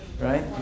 Right